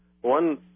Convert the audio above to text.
one